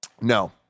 No